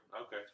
Okay